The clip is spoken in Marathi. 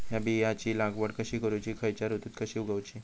हया बियाची लागवड कशी करूची खैयच्य ऋतुत कशी उगउची?